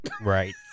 Right